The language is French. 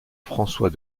françois